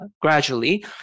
gradually